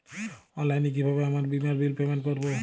অনলাইনে কিভাবে আমার বীমার বিল পেমেন্ট করবো?